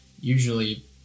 usually